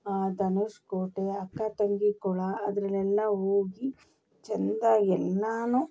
ಧನುಷ್ಕೋಟಿ ಅಕ್ಕ ತಂಗಿ ಕೊಳ ಅದರಲ್ಲೆಲ್ಲ ಹೋಗಿ ಚಂದ ಎಲ್ಲಾ